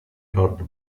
lord